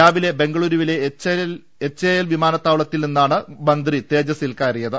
രാവിലെ ബംഗളുരു വിലെ എച്ച്എൽ വിമാനത്താവളത്തിൽ നിന്നാണ് മന്ത്രി തേജ സിൽ കയറിയ്ത്